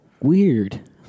Weird